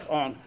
on